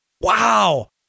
Wow